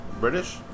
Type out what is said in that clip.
British